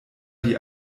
die